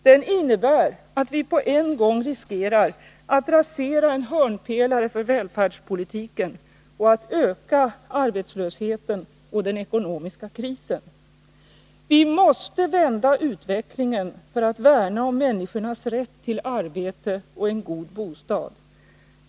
Den innebär att vi riskerar på en gång att rasera en hörnpelare för välfärdspolitiken och förvärra arbetslösheten och den ekonomiska krisen. Vi måste vända utvecklingen för att värna om människornas rätt till arbete och en god bostad!